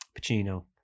Pacino